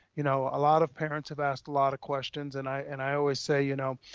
you know, a lot of parents have asked a lot of questions and i and i always say, you know,